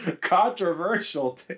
controversial